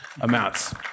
amounts